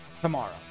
tomorrow